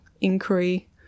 inquiry